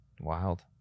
Wild